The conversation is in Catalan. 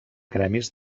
gremis